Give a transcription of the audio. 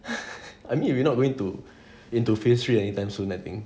I mean if we're not going to into phase three anytime soon I think